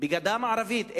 בגדה המערבית?